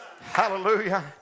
Hallelujah